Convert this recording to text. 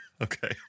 Okay